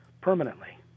permanently